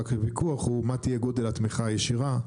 רק הוויכוח הוא מה תהייה גודל התמיכה הישירה,